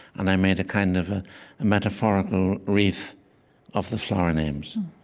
and i made a kind of ah a metaphorical wreath of the flower names.